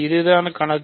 அதுதான் கணக்கு